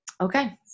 Okay